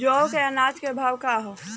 जौ क आज के भाव का ह?